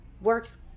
works